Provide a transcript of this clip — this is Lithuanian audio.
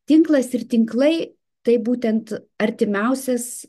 tinklas ir tinklai tai būtent artimiausias